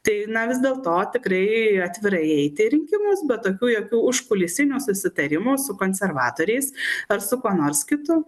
tai na vis dėlto tikrai atvirai eiti į rinkimus bet tokių jokių užkulisinių susitarimų su konservatoriais ar su kuo nors kitu